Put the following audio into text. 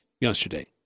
yesterday